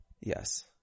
Yes